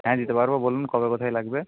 হ্যাঁ দিতে পারবো বলুন কবে কোথায় লাগবে